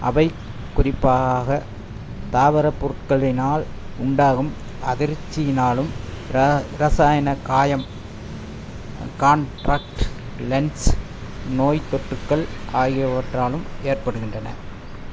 அவை குறிப்பாக தாவர பொருட்களினால் உண்டாகும் அதிர்ச்சியினாலும் ர ரசாயன காயம் காண்ட்ராக்ட்டு லென்ஸ் நோய் தொற்றுக்கள் ஆகியவற்றாலும் ஏற்படுகின்றன